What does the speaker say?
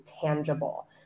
tangible